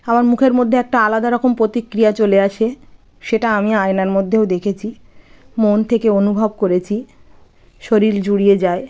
আমার মুখের মধ্যে একটা আলাদা রকম প্রতিক্রিয়া চলে আসে সেটা আমি আয়নার মধ্যেও দেখেছি মন থেকে অনুভব করেছি শরীর জুড়িয়ে যায়